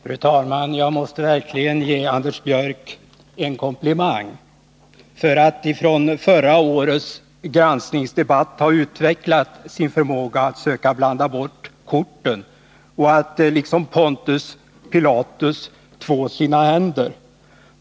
Fru talman! Jag måste verkligen ge Anders Björck en komplimang för att från förra årets granskningsdebatt ha utvecklat sin förmåga att söka blanda bort korten och att liksom Pontius Pilatus två sina händer.